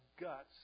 guts